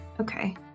Okay